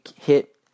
hit